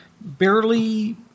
Barely